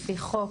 לפי חוק,